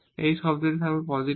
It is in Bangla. এই টার্মটি থাকবে পজিটিভ